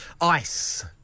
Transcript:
Ice